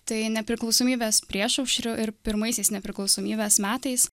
tai nepriklausomybės priešaušriu ir pirmaisiais nepriklausomybės metais